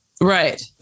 right